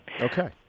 Okay